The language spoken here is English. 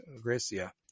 Gracia